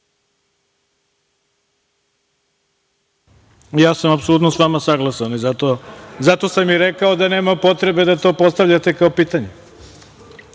Ja sam apsolutno sa vama saglasan. Zato sam i rekao da nema potrebe da to postavljate kao pitanje,